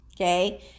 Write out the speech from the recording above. okay